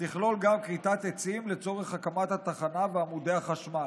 ותכלול גם כריתת עצים לצורך הקמת התחנה ועמודי החשמל.